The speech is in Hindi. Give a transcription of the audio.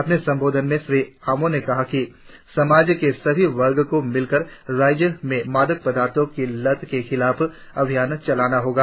अपने संबोधन में श्री अमो ने कहा कि समाज के सभी वर्गो को मिलकर राज्य में मादक पदार्थो की लत के खिलाफ अभियान चलाना होगा